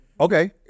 Okay